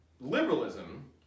liberalism